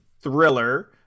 thriller